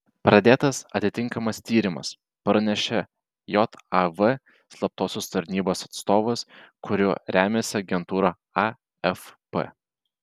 pradėtas atitinkamas tyrimas pranešė jav slaptosios tarnybos atstovas kuriuo remiasi agentūra afp